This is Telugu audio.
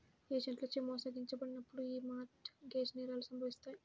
ఏజెంట్లచే మోసగించబడినప్పుడు యీ మార్ట్ గేజ్ నేరాలు సంభవిత్తాయి